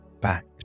back